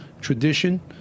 tradition